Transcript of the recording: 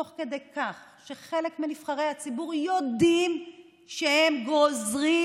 תוך כדי כך שחלק מנבחרי הציבור יודעים שהם גוזרים